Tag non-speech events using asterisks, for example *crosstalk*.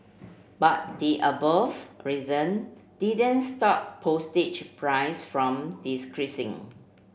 but the above reason didn't stop postage price from *unintelligible*